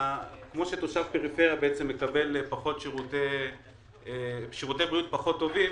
כמו שתושב פריפריה בעצם מקבל שירותי בריאות פחות טובים,